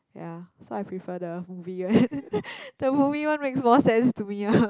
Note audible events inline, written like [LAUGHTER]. ya so I prefer the movie one [LAUGHS] the movie one makes more sense to me ah